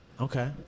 Okay